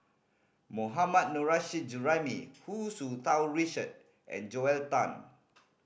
Mohammad Nurrasyid Juraimi Hu Tsu Tau Richard and Joel Tan